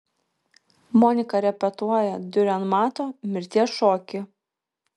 monika repetuoja diurenmato mirties šokį